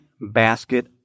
basket